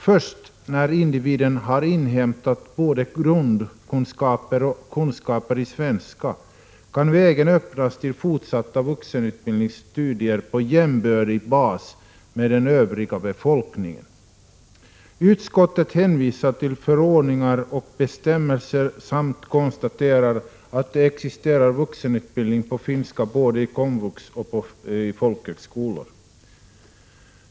Först när individen har inhämtat grundkunskaper och kunskaper i svenska kan vägen öppnas till fortsatt vuxenutbildning på jämbördig bas med den övriga befolkningen. Utskottet hänvisar till förordningar och bestämmelser samt konstaterar att det existerar vuxenutbildning både i komvux och på folkhögskolor.